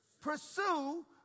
Pursue